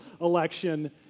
election